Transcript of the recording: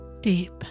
deep